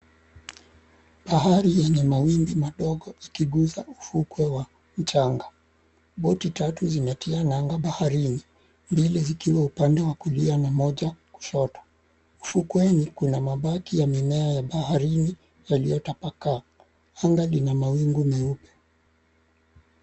Bahari yenye mawimbi madogo, ikiguza ufukwe wa mchanga. Boti tatu zimetia nanga baharini, mbili zikiwa upande wa kulia na moja wa kushoto. Ufukweni kuna mabaki ya mimea ya baharini yaliyotapakaa, anga lina mawingu meupe.